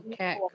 cat